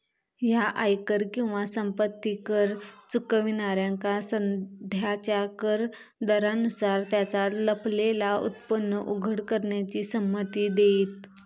ह्या आयकर किंवा संपत्ती कर चुकवणाऱ्यांका सध्याच्या कर दरांनुसार त्यांचा लपलेला उत्पन्न उघड करण्याची संमती देईत